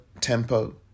tempo